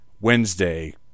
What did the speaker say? Wednesday